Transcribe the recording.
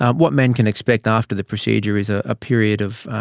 um what men can expect after the procedure is a ah period of